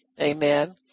Amen